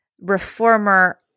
reformer